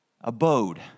Abode